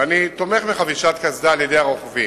ואני תומך בחבישת קסדה על-ידי הרוכבים.